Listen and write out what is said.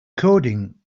coding